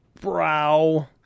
brow